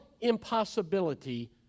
impossibility